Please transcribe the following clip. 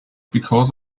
because